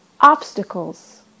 obstacles